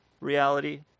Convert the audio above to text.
reality